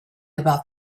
about